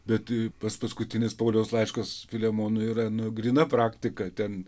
bet pats paskutinis pauliaus laiškas filemonui yra nu gryna praktika ten